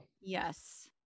yes